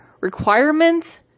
requirements